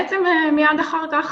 מיד אחר כך